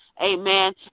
Amen